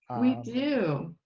we do,